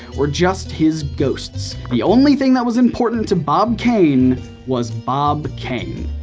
were just his ghosts. the only thing that was important to bob kane was bob kane,